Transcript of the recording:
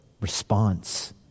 response